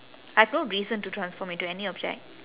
I've no reason to transform into any object